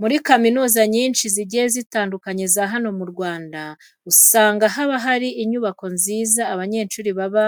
Muri kaminuza nyinshi zigiye zitandukanye za hano mu Rwanda usanga haba hari inyubako nziza abanyeshuri baba